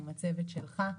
עם הצוות שלך.